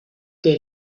que